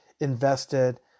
invested